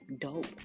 dope